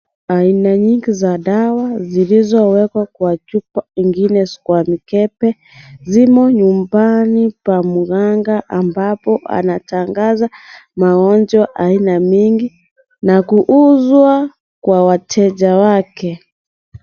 Aina nyingi za dawa zilizowekwa kwa chupa, ingine kwa mikebe, zimo nyumbani pa mganga ambapo anatangaza magonjwa aina mingi na kuuzwa kwa wateja wake.